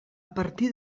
partir